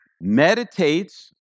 meditates